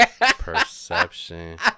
perception